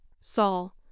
Saul